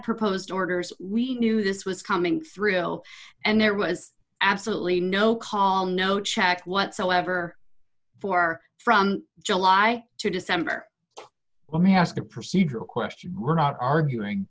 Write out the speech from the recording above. proposed orders we knew this was coming through and there was absolutely no call no check whatsoever for from july to december when we asked the procedural question we're not arguing